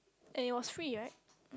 and it was free right